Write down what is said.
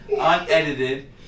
unedited